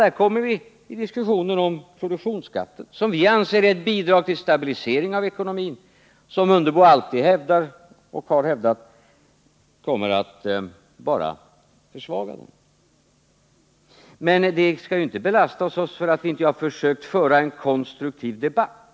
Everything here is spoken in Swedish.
Där kommer vi till diskussionen om produktionsfaktorsskatten, som vi anser är ett bidrag till en stabilisering av ekonomin men som Ingemar Mundebo hävdar och alltid har hävdat bara kommer att försvaga den. Det skall dock inte belastas oss att vi inte försökt föra en konstruktiv debatt.